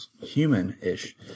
human-ish